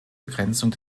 begrenzung